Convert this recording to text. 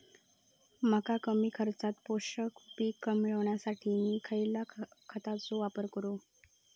मका कमी खर्चात पोषक पीक मिळण्यासाठी मी खैयच्या खतांचो वापर करू?